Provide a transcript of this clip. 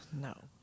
No